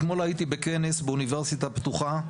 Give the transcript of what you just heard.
אתמול הייתי בכנס באוניברסיטה הפתוחה,